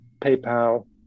PayPal